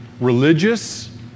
religious